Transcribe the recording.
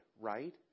right